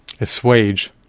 assuage